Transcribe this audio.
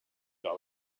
job